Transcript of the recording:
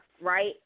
right